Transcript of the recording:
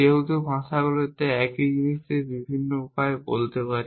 যেহেতু ভাষাগুলিতে একই জিনিসকে আমরা বিভিন্ন উপায়ে বলতে পারি